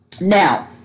now